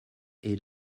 est